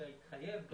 שיתחייב,